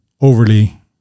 overly